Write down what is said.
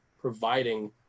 providing